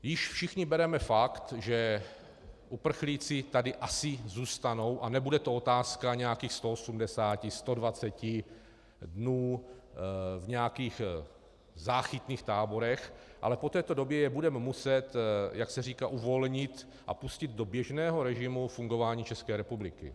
Již všichni bereme fakt, že uprchlíci tady asi zůstanou a nebude to otázka nějakých 180, 120 dnů v nějakých záchytných táborech, ale po této době je budeme muset, jak se říká, uvolnit a pustit do běžného režimu fungování České republiky.